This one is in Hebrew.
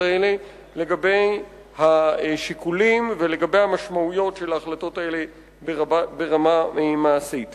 לגבי השיקולים ולגבי המשמעויות של ההחלטות האלה ברמה מעשית.